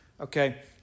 Okay